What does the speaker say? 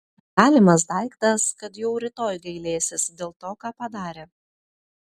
galimas daiktas kad jau rytoj gailėsis dėl to ką padarė